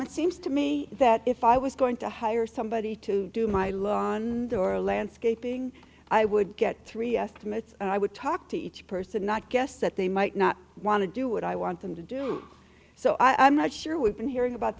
what seems to me that if i was going to hire somebody to do my laundry or landscaping i would get three estimates and i would talk to each person not guess that they might not want to do what i want them to do so i'm not sure we've been hearing about